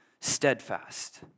steadfast